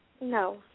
No